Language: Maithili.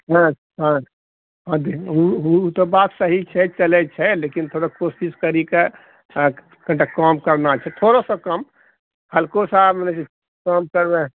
हँ हँ हँ ओ तऽ बात सही छै चलै छै लेकिन थोड़ा कोशिश करिकेँ कनीटा कम करना छै थोड़ो सऽ कम हलकोसँ मने कम